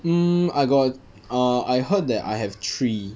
hmm I got ah err I heard that I have three